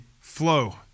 flow